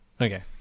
Okay